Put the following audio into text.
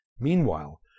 Meanwhile